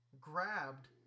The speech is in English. grabbed